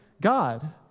God